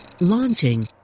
Launching